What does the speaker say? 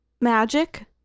magic